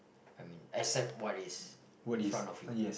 I mean accept what is in front of you